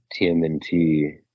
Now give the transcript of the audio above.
TMNT